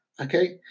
Okay